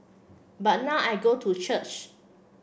but now I go to church